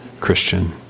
Christian